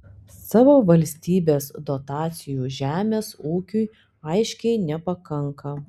savo valstybės dotacijų žemės ūkiui aiškiai nepakanka